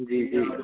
जी जी